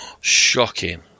Shocking